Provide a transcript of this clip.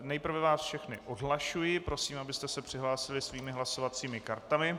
Nejprve vás všechny odhlašuji, prosím, abyste se přihlásili svými hlasovacími kartami.